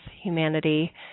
humanity